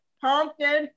pumpkin